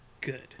Good